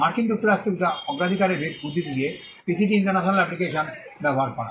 মার্কিন যুক্তরাষ্ট্রের অগ্রাধিকারের উদ্ধৃতি দিয়ে পিসিটি ইন্টারন্যাশনাল এপ্লিকেশন ব্যবহার করা